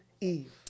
Eve